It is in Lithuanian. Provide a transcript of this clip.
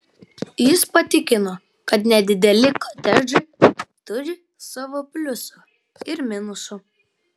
jis patikino kad nedideli kotedžai turi savo pliusų ir minusų